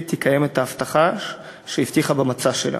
תקיים את ההבטחה שהיא הבטיחה במצע שלה.